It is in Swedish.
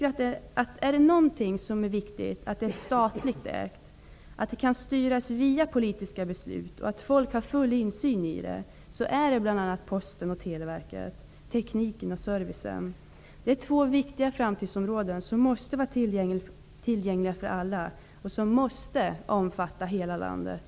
Finns det någonting som det är viktigt att staten äger så att det kan styras via politiska beslut och att människor har full insyn i verksamheten är det bl.a. Posten och Televerket. Teknik och service är två viktiga framtidsområden som måste vara tillgängliga för alla och omfatta hela landet.